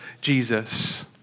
Jesus